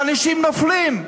ואנשים נופלים,